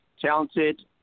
talented